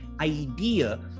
idea